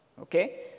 okay